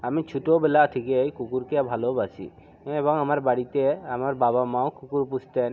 আমি ছোটোবেলা থেকেই কুকুরকে ভালোবাসি এবং আমার বাড়িতে আমার বাবা মাও কুকুর পুষতেন